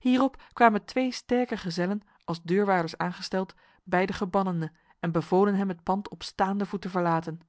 hierop kwamen twee sterke gezellen als deurwaarders aangesteld bij de gebannene en bevolen hem het pand op staande voet te verlaten